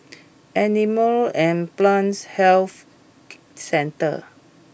Animal and Plant Health Centre